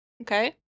Okay